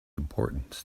importance